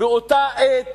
באותה עת